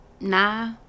nah